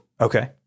Okay